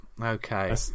Okay